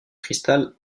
cristal